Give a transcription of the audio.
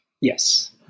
Yes